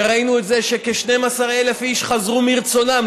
וראינו את זה שכ-12,000 איש חזרו מרצונם.